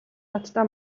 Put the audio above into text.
надтай